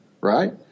right